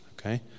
Okay